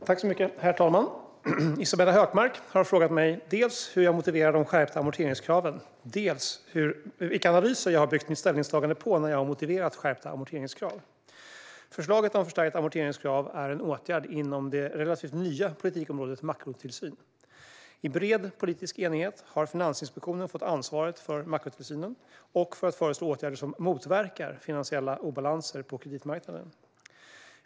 Svar på interpellationer Herr talman! Isabella Hökmark har frågat mig dels hur jag motiverar de skärpta amorteringskraven, dels vilka analyser jag har byggt mitt ställningstagande på när jag har motiverat skärpta amorteringskrav. Förslaget om förstärkt amorteringskrav är en åtgärd inom det relativt nya politikområdet makrotillsyn. I bred politisk enighet har Finansinspektionen fått ansvaret för makrotillsynen och för att föreslå åtgärder som motverkar finansiella obalanser på kreditmarknaden.